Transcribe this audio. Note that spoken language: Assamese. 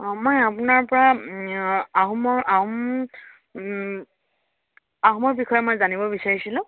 অ মই আপোনাৰ পৰা আহোমৰ আহোম আহোমৰ বিষয়ে মই জানিব বিচাৰিছিলোঁ